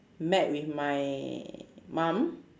met with my mum